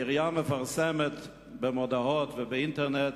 העירייה מפרסמת במודעות ובאינטרנט,